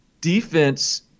defense